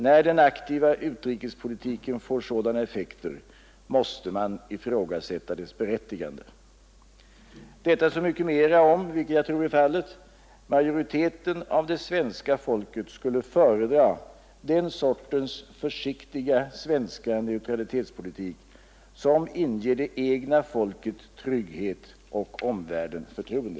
När den aktiva utrikespolitiken får sådana effekter, måste man ifrågasätta dess berättigande. Detta så mycket mera om — vilket jag tror är fallet — majoriteten av det svenska folket skulle föredra den sortens försiktiga svenska neutralitetspolitik, som inger det egna folket trygghet och omvärlden förtroende.